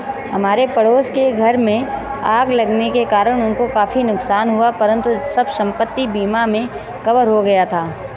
हमारे पड़ोस के घर में आग लगने के कारण उनको काफी नुकसान हुआ परंतु सब संपत्ति बीमा में कवर हो गया था